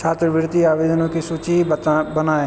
छात्रवृत्ति आवेदनों की सूची बनाएँ